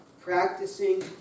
practicing